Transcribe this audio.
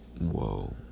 whoa